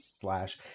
slash